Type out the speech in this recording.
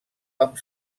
amb